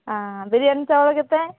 ବିରିୟାନୀ ଚାଉଳ କେତେ